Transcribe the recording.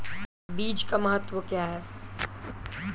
बीज का महत्व क्या है?